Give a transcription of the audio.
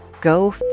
go